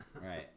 right